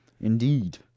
Indeed